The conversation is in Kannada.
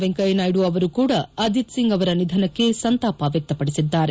ವೆಂಕಯ್ಯನಾಯ್ಡು ಅವರೂ ಕೂಡ ಅಜಿತ್ ಸಿಂಗ್ ಅವರ ನಿಧನಕ್ಕೆ ಸಂತಾಪ ವ್ಯಕ್ತಪಡಿಸಿದ್ದಾರೆ